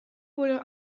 wurde